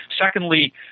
Secondly